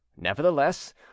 Nevertheless